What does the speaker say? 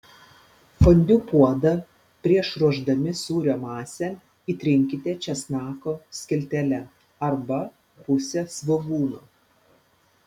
fondiu puodą prieš ruošdami sūrio masę įtrinkite česnako skiltele arba puse svogūno